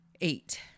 Eight